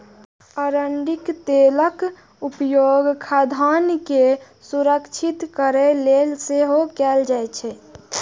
अरंडीक तेलक उपयोग खाद्यान्न के संरक्षित करै लेल सेहो कैल जाइ छै